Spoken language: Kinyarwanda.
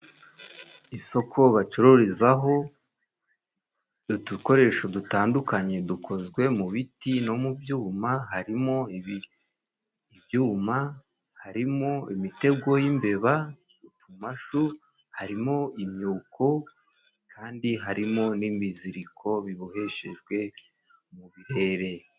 Isoko bacururizaho udukoresho dutandukanye dukozwe mu biti no mu byuma, harimo ibyuma, harimo imitego y'imbeba utumashu, harimo imyuko, kandi harimo n'imiziriko biboheshejwe mu birere.